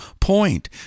point